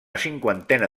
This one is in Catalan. cinquantena